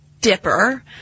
Dipper